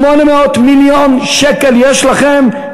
800 מיליון שקל יש לכם.